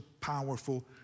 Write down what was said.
powerful